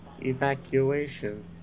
evacuation